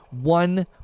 one